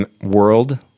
world